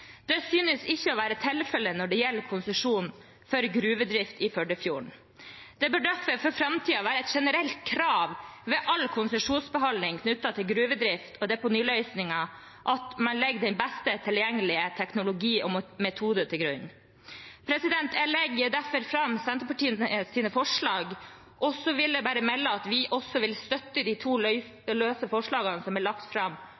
Det synes ikke å være tilfellet når det gjelder konsesjon for gruvedrift i Førdefjorden. Det bør derfor for framtiden være et generelt krav ved all konsesjonsbehandling knyttet til gruvedrift og deponiløsninger at man legger den beste tilgjengelige teknologi og metode til grunn. Jeg tar derfor opp de forslagene som Senterpartiet har alene eller sammen med andre. Så vil jeg melde at vi støtter de to løse forslagene som er lagt fram